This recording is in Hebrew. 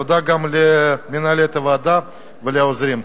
תודה גם למנהלת הוועדה ולעוזרים.